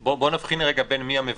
בוא נבחין רגע בין מי המבטל.